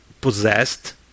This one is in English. possessed